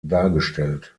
dargestellt